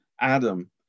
Adam